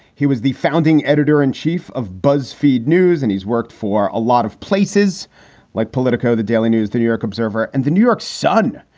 he was the founding editor in chief of buzzfeed news and he's worked for a lot of places like politico, the daily news, the new york observer and the new york sun,